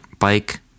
Bike